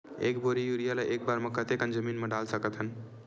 एक बोरी यूरिया ल एक बार म कते कन जमीन म डाल सकत हन?